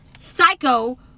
psycho